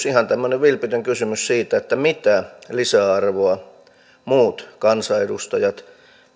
ihan tämmöinen vilpitön kysymys mitä lisäarvoa muut kansanedustajat